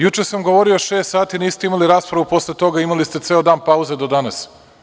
Juče sam govorio šest sati, niste imali raspravu posle toga, imali ste ceo dan pauze do danas.